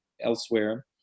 elsewhere